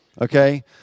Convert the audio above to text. okay